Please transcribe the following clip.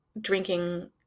drinking